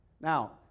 Now